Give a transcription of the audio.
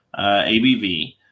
ABV